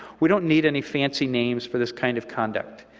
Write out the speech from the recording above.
we don't need any fancy names for this kind of conduct.